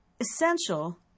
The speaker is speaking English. essential